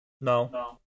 No